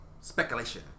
Speculation